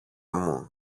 μου